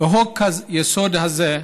חוק-היסוד הזה,